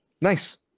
Nice